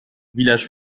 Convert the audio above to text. village